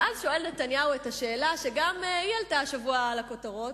ואז שואל נתניהו את השאלה שגם היא עלתה השבוע לכותרות: